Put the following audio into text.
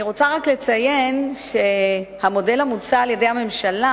אני רוצה רק לציין שהמודל המוצע על-ידי הממשלה